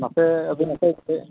ᱟᱯᱮ ᱟᱹᱵᱤᱱ ᱚᱠᱚᱭ ᱠᱚᱥᱮᱡ